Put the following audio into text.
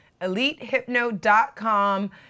Elitehypno.com